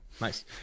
Nice